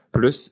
Plus